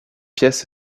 pièces